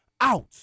out